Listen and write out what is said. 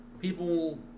people